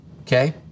Okay